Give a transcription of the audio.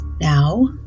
Now